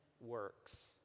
works